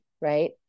Right